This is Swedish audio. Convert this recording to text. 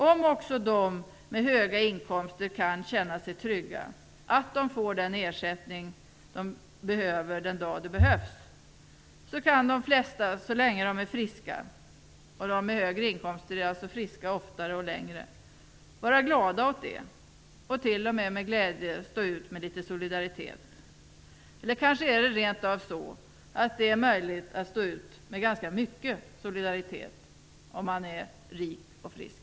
Om också de med höga inkomster kan känna sig trygga i att de får den ersättning som de behöver den dagen det behövs, så kan de flesta så länge de är friska - och de med högre inkomster är alltså friska oftare och längre - vara glada åt det och t.o.m. med glädje stå ut med litet solidaritet. Kanske är det rent av så att det är möjligt att stå ut med ganska mycket solidaritet om man är rik och frisk.